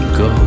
go